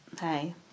hey